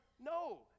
no